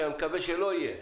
שאני מקווה שלא יהיה,